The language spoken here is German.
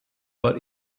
war